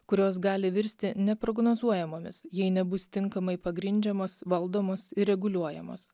kurios gali virsti neprognozuojamomis jei nebus tinkamai pagrindžiamos valdomos reguliuojamos